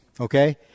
okay